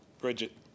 Bridget